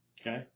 okay